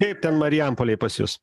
kaip ten marijampolėj pas jus